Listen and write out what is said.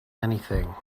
anything